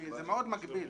כי זה מאוד מגביל.